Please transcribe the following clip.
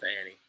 Annie